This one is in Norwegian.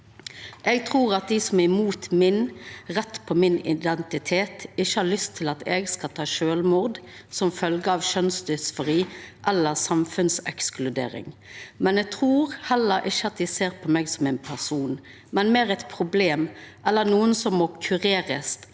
Jeg tror at de som er imot min rett på min identitet, ikke har lyst til at jeg skal ta selvmord som følge av kjønnsdysfori og samfunnsekskludering – men jeg tror heller ikke at de ser på meg som en person, men mer et problem eller noen som må «kureres» eller